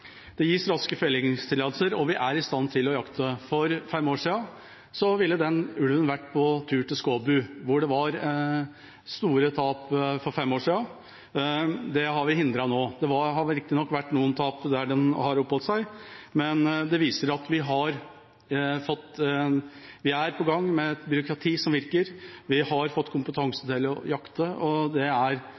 Det gis raske fellingstillatelser, og vi er i stand til å jakte. For fem år siden ville den ulven vært på tur til Skåbu, hvor det var store tap for fem år siden. Det har vi hindret nå. Det hadde riktignok vært noen tap der den oppholdt seg, men det viser at vi er i gang med et byråkrati som virker. Vi har fått kompetanse til å jakte, og vi gjør viktige framskritt. Da er det